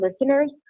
listeners